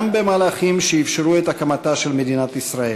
במהלכים שאפשרו את הקמתה של מדינת ישראל.